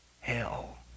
hell